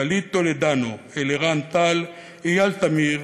גלית טולדנו, אלירן טל, אייל טמיר,